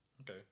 Okay